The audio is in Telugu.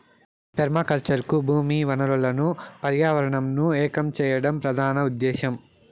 పెర్మాకల్చర్ కు భూమి వనరులను పర్యావరణంను ఏకం చేయడం ప్రధాన ఉదేశ్యం